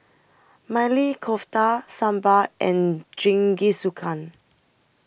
Maili Kofta Sambar and Jingisukan